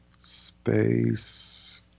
Space